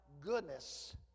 goodness